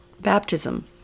baptism